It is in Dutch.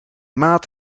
maat